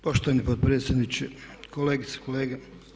Poštovani potpredsjedniče, kolegice i kolege.